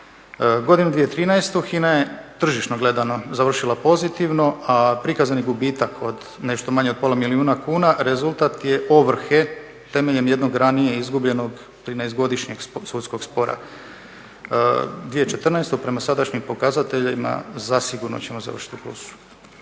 Godinu 2013. HINA je tržišno gledano završila pozitivno, a prikazani gubitak od nešto manje od pola milijuna kuna rezultat je ovrhe temeljem jednog ranije izgubljenog 13-godišnjeg sudskog spora. 2014. prema sadašnjim pokazateljima zasigurno ćemo završiti u plusu.